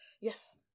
yes